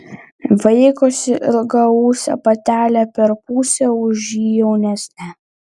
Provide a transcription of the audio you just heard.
vaikosi ilgaūsę patelę per pusę už jį jaunesnę